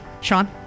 Sean